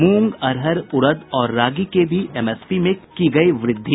मूंग अरहर उड़द और रागी के भी एमएसपी में की गयी वृद्धि